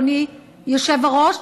אדוני היושב-ראש,